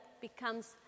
becomes